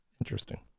Interesting